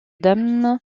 dame